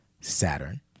Saturn